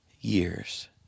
years